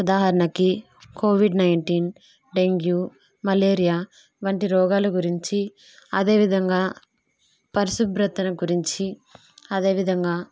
ఉదాహరణకి Covid nineteen dengue malaria వంటి రోగాల గురించి అదేవిధంగా పరిశుభ్రతను గురించి అదేవిధంగా